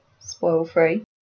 Spoil-free